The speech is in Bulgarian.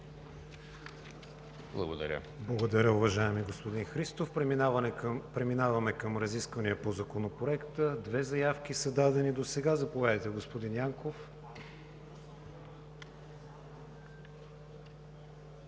ВИГЕНИН: Благодаря, уважаеми господин Христов. Преминаваме към разисквания по Законопроекта – две заявки са дадени досега. Заповядайте, господин Янков.